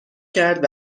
کرد